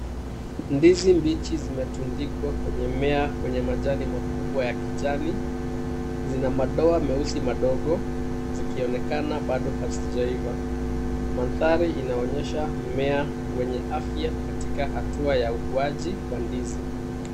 Ndizi mbichi zimetundikwa kwenye mmea wenye majani makubwa ya kijani. Zina madoa meusi madogo zikionekana bado hazijaiva. Mandhari inaonyesha mmea wenye afya katika hatua ya ukuaji wa ndizi.